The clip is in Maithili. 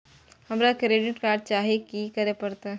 हमरा क्रेडिट कार्ड चाही की करे परतै?